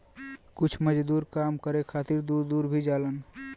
कुछ मजदूर काम करे खातिर दूर दूर भी जालन